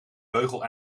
beugel